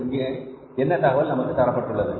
இங்கே என்ன தகவல் நமக்குத் தரப்பட்டுள்ளது